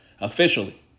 Officially